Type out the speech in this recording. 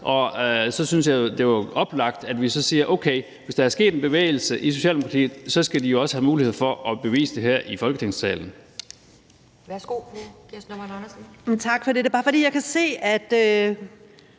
Så syntes jeg jo, det var oplagt, at vi siger: Okay, hvis der er sket en bevægelse i Socialdemokratiet, skal de også have mulighed for at bevise det her i Folketingssalen.